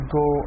go